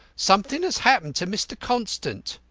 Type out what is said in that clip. something has happened to mr. constant.